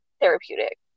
therapeutic